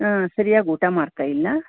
ಹಾಂ ಸರಿಯಾಗಿ ಊಟ ಮಾಡ್ತಾಯಿಲ್ಲ